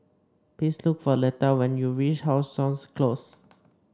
please look for Leta when you reach How Sun Close